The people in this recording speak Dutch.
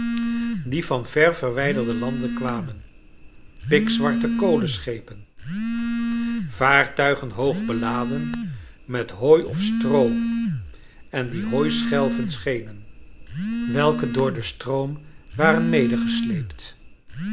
die van ver verwijderde landen kwamen pikzwarte kolenschepen vaartuigen hoog beladen met hooi of stroo en die hooischelven schenen welke door den stroom